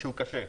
שהוא קשה.